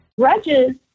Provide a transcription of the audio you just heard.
grudges